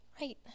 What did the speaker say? Right